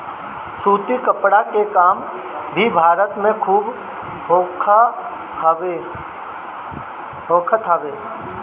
सूती कपड़ा के काम भी भारत में खूब होखत हवे